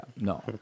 no